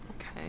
Okay